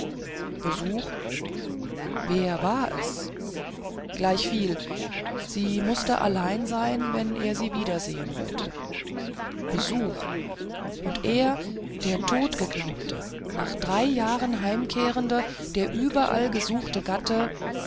besuch wer war es gleichviel sie mußte allein sein wenn er sie wiedersehen wollte besuch und er der totgeglaubte nach drei jahren heimkehrende der überall gesuchte gatte